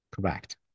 Correct